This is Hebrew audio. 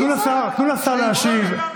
תנו לשר להשיב.